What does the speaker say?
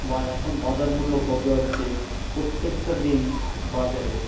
বা এখন বাজার মূল্য কত যাচ্ছে প্রত্যেকটা দিন বাজারে